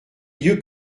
lieu